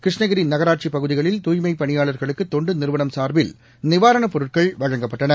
கிருஷ்ணகிரி நகராட்சிப் பகுதிகளில் தூய்மைப் பணியாளர்களுக்கு தொண்டு நிறுவனம் சார்பில் நிவாரணப் பொருட்கள் வழங்கப்பட்டன